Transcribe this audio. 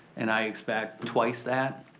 and i expect twice that,